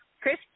Chris